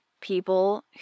people